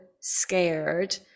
scared